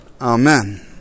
Amen